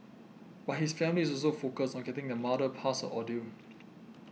but his family is also focused on getting their mother past her ordeal